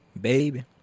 Baby